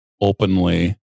openly